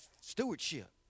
stewardship